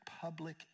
public